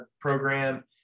program